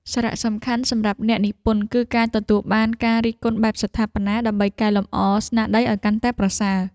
សារៈសំខាន់សម្រាប់អ្នកនិពន្ធគឺការទទួលបានការរិះគន់បែបស្ថាបនា ដើម្បីកែលម្អស្នាដៃឱ្យកាន់តែប្រសើរ។